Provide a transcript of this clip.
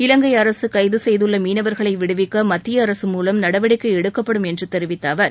இலங்கை அரசு கைது செய்துள்ள மீனவர்களை விடுவிக்க மத்திய அரசு மூலம் நடவடிக்கை எடுக்கப்படும் என்று தெரிவித்த அவர்